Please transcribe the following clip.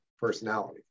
personality